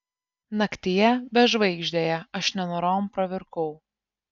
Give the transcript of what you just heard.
naktyje bežvaigždėje aš nenorom pravirkau